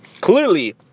clearly